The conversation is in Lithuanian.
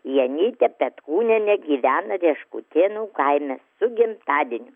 janytę petkūnienę gyvena rieškutėnų kaime su gimtadieniu